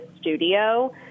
studio